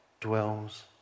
dwells